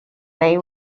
they